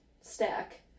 stack